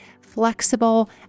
flexible